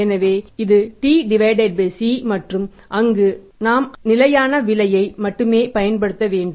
எனவே இது TC மற்றும் அங்கு நாம் நிலையான விலையை மட்டுமே பயன்படுத்த வேண்டும்